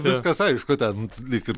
viskas aišku ten lyg ir